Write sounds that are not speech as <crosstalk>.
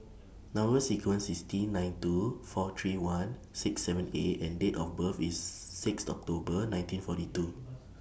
Number sequence IS T nine two four three one six seven A and Date of birth IS six October nineteen forty two <noise>